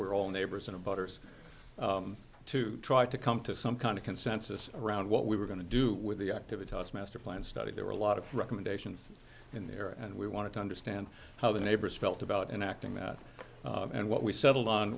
were all neighbors and boaters to try to come to some kind of consensus around what we were going to do with the activity master plan study there were a lot of recommendations in there and we wanted to understand how the neighbors felt about enacting that and what we settled on